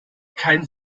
kein